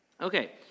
Okay